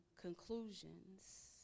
conclusions